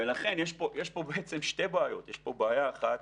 ולכן יש פה בעצם שתי בעיות: יש פה בעיה אחת